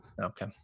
Okay